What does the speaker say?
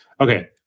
Okay